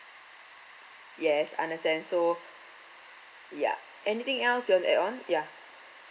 yes understand so ya anything else you want to add on ya